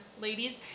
ladies